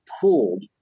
pulled